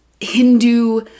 Hindu